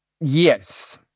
Yes